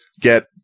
get